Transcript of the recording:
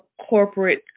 corporate